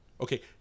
Okay